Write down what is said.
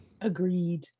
Agreed